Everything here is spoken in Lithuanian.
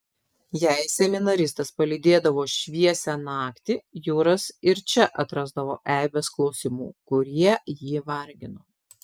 jei seminaristas palydėdavo šviesią naktį juras ir čia atrasdavo eibes klausimų kurie jį vargino